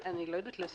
אף אחד לא יודע להבדיל.